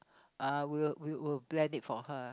uh we we'll blend it for her